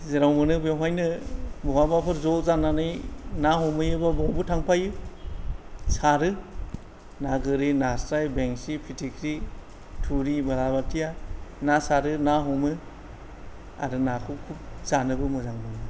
जेराव मोनो बेवहायनो बहाबाफोर ज' जानानै ना हमहैयो बा बावबो थांफायो सारो ना गोरि नास्राय बेंसि फिथिख्रि थुरि बालाबाथिया ना सारो ना हमो आरो नाखौ खुब जानोबो मोजां मोनो